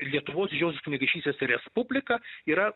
ir lietuvos didžiosios kunigaikštystės respublika yra